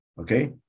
okay